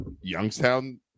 youngstown